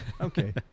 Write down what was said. Okay